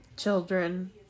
children